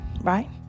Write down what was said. right